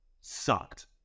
sucked